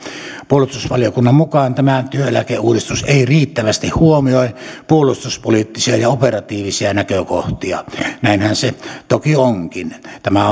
puolustusvaliokunnan mukaan tämä työeläkeuudistus ei riittävästi huomioi puolustuspoliittisia ja operatiivisia näkökohtia näinhän se toki onkin tämä